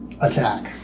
attack